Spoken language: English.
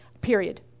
period